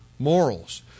Morals